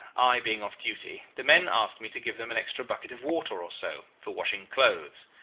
i being off duty, the men asked me to give them an extra bucket of water or so for washing clothes.